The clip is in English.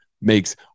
makes